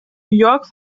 york